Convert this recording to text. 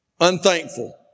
Unthankful